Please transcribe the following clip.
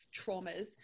traumas